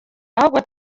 ahubwo